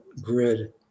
grid